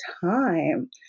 time